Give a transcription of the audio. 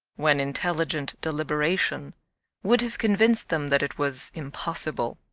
when intelligent deliberation would have convinced them that it was impossible.